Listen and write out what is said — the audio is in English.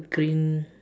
green